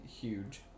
huge